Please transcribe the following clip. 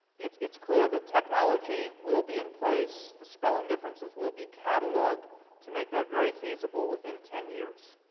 it's it's clear the technology will be in place, the spelling differences will be cataloged to make that very feasible within ten years.